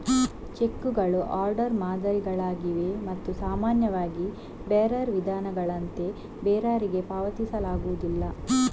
ಚೆಕ್ಕುಗಳು ಆರ್ಡರ್ ಮಾದರಿಗಳಾಗಿವೆ ಮತ್ತು ಸಾಮಾನ್ಯವಾಗಿ ಬೇರರ್ ವಿಧಾನಗಳಂತೆ ಬೇರರಿಗೆ ಪಾವತಿಸಲಾಗುವುದಿಲ್ಲ